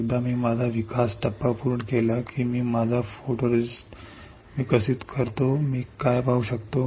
एकदा मी माझा विकास टप्पा पूर्ण केला की मी माझा फोटोरेस्ट विकसित करतो मी काय पाहू शकतो